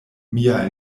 mia